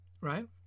Right